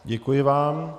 Děkuji vám.